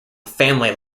family